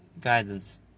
guidance